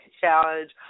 Challenge